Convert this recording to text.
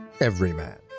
everyman